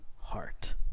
heart